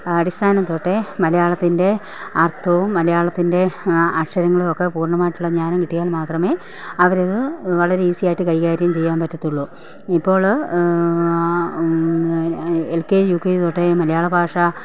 അടിസ്ഥാനംതൊട്ടേ മലയാളത്തിന്റെ അർത്ഥവും മലയാളത്തിൻ്റെ അക്ഷരങ്ങളുമൊക്കെ പൂർണ്ണമായിട്ടുള്ള ജ്ഞാനം കിട്ടിയാൽ മാത്രമേ അവരിത് വളരെ ഈസിയായിട്ട് കൈകാര്യം ചെയ്യാൻ പറ്റത്തുള്ളു ഇപ്പോൾ L K G U K G തൊട്ടേ മലയാളഭാഷ